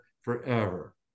forever